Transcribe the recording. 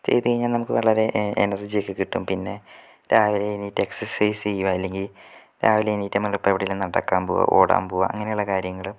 ചെയ്ത് കഴിഞ്ഞാൽ നമുക്ക് വളരെ എനർജി ഒക്കെ കിട്ടും പിന്നെ രാവിലെ എണീറ്റ് എക്സെസൈസ്സ് ചെയ്യുക അല്ലെങ്കിൽ രാവിലെ എണീറ്റ് നമ്മളിപ്പോൾ എവിടേലും നടക്കാൻ പോകുക ഓടാൻ പോകുക അങ്ങനെ ഉള്ള കാര്യങ്ങള്